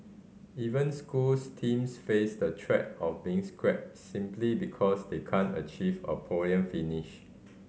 even schools teams face the threat of being scrapped simply because they can achieve a podium finish